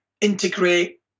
integrate